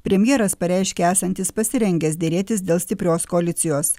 premjeras pareiškė esantis pasirengęs derėtis dėl stiprios koalicijos